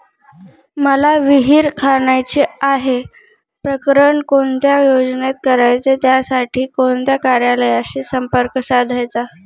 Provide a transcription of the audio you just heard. मला विहिर खणायची आहे, प्रकरण कोणत्या योजनेत करायचे त्यासाठी कोणत्या कार्यालयाशी संपर्क साधायचा?